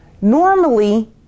Normally